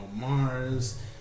Mars